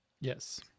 Yes